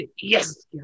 yes